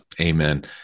Amen